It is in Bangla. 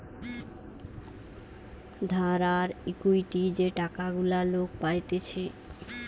ধার আর ইকুইটি যে টাকা গুলা লোক পাইতেছে